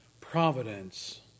providence